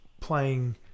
playing